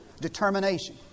determination